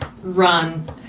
run